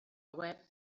web